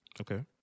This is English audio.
Okay